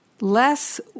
less